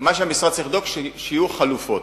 מה שהמשרד צריך לבדוק, שיהיו חלופות.